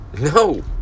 no